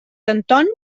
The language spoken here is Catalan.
anton